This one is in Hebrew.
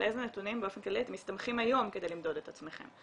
על איזה נתונים באופן כללי אתם מסתמכים היום כדי למדוד את עצמכם,